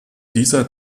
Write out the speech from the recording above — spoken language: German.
dieser